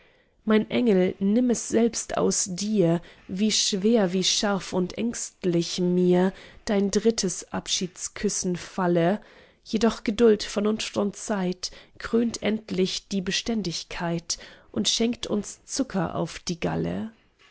mein engel nimm es selbst aus dir wie schwer wie scharf und ängstlich mir dein drittes abschiedsküssen falle jedoch geduld vernunft und zeit krönt endlich die beständigkeit und schenkt uns zucker auf die galle